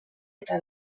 eta